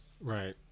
Right